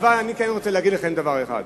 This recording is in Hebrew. אבל אני כן רוצה להגיד לכם דבר אחד: